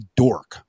dork